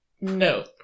no